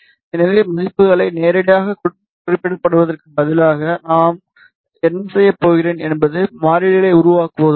எனவே மதிப்புகளை நேரடியாகக் குறிப்பிடுவதற்குப் பதிலாக நான் என்ன செய்யப் போகிறேன் என்பது மாறிகளை உருவாக்குவதுதான்